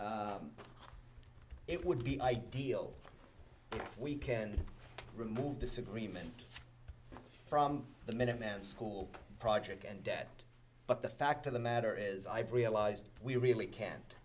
it would be ideal if we can remove disagreement from the minuteman school project and debt but the fact of the matter is i've realized we really can't